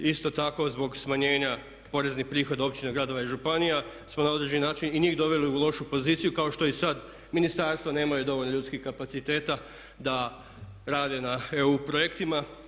Isto tako zbog smanjenja poreznih prihoda općina, gradova i županija smo na određeni način i njih doveli u lošu poziciju kao što i sad ministarstva nemaju dovoljno ljudskih kapaciteta da rade na EU projektima.